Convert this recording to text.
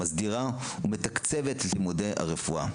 מסדירה ומתקצבת את לימודי הרפואה,